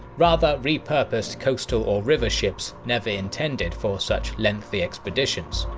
rather repurposed coastal or river ships never intended for such lengthy expeditions.